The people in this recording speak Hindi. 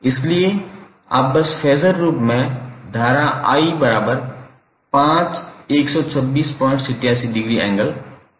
इसलिए आप बस फेज़र रूप में धारा 𝐼5∠12687° लिख सकते हैं